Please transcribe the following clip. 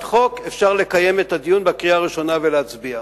חוק אפשר לקיים את הדיון בקריאה הראשונה ולהצביע.